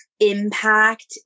impact